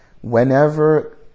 Whenever